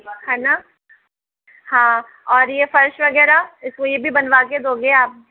है न हाँ और यह फर्श वगैरह इसको यह भी बनवा कर दोगे आप